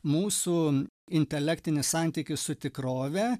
mūsų intelektinis santykis su tikrove